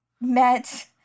met